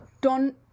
don